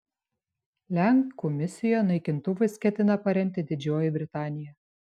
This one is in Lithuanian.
lenkų misiją naikintuvais ketina paremti didžioji britanija